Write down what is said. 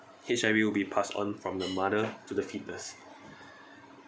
H_I_V will be passed on from the mother to the foetus